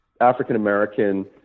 African-American